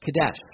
Kadesh